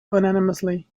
unanimously